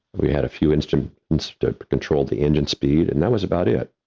we had a few instruments to control the engine speed and that was about it.